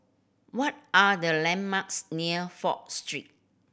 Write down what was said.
what are the landmarks near Fourth Street